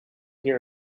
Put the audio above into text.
seen